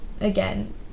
again